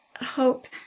Hope